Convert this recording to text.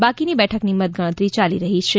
બાકીની બેઠકની મતગણતરી ચાલી રહી છે